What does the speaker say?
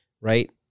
right